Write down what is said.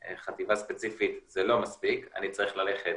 חטיבה ספציפית זה לא מספיק, אני צריך ללכת